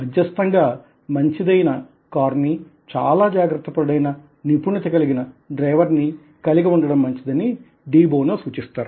మధ్యస్తంగా మంచిది ఆయన కారునీ చాలా జాగ్రత్త పరుడైన నిపుణత కలిగిన డ్రైవర్ ని కలిగి ఉండడం మంచిదని డి బోనో సూచిస్తారు